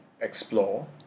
explore